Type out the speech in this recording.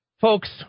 Folks